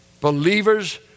believers